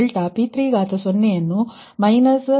056 ಮತ್ತು ∆P30 ನ್ನು 0